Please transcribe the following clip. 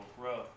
growth